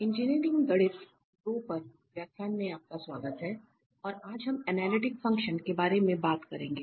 engineering गणित 2 पर व्याख्यान में आपका स्वागत है और आज हम एनालिटिक फंक्शन्स के बारे में बात करेंगे